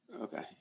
okay